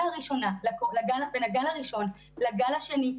בין הגל הראשון לגל השני,